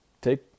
take